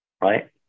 right